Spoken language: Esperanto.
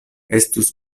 estus